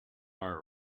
are